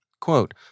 Quote